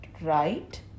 right